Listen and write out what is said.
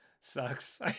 sucks